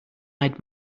eyed